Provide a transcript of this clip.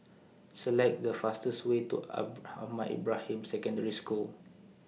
Select The fastest Way to Ahmad Ibrahim Secondary School